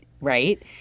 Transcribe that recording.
Right